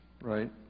Right